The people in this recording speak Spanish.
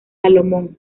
salomón